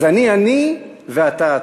אז אני אני ואתה אתה.